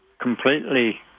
completely